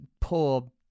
poor